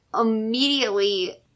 immediately